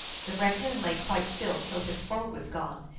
the raccoon lay quite still till his foe was gone,